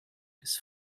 his